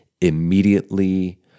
immediately